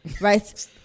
right